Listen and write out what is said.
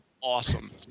awesome